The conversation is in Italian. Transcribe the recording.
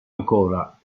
ancora